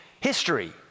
history